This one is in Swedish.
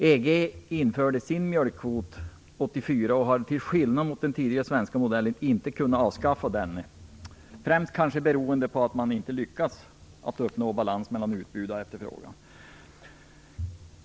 EG införde sin mjölkkvot 1984 och har till skillnad mot vad som är fallet med den tidigare svenska modellen inte kunnat avskaffa den, främst kanske beroende på att man inte lyckats uppnå balans mellan utbud och efterfrågan.